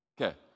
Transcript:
Okay